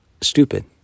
stupid